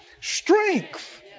strength